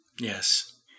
Yes